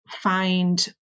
find